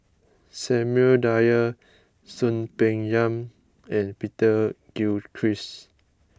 Samuel Dyer Soon Peng Yam and Peter Gilchrist